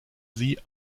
sie